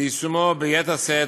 הוועדה לקידום מעמד האישה.